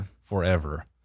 forever